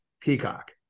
peacock